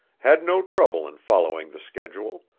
had no trouble in following the schedule,